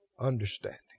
understanding